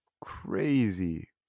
crazy